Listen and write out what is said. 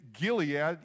Gilead